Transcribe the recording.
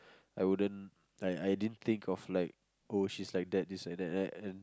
I wouldn't like I didn't think of like oh she's like that this like that right and